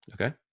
Okay